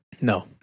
No